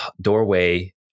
doorway